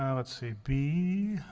um let's see b